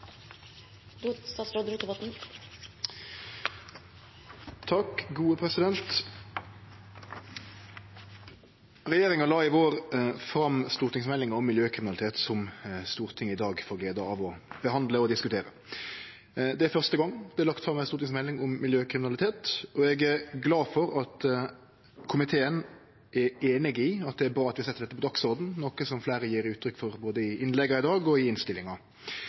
Regjeringa la i vår fram stortingsmeldinga om miljøkriminalitet, som Stortinget i dag får gleda av å behandle og diskutere. Det er første gong det er lagt fram ei stortingsmelding om miljøkriminalitet, og eg er glad for at komiteen er einig i at det er bra at vi set det på dagsordenen, noko som fleire gjev uttrykk for både i innlegga i dag og i innstillinga.